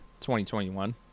2021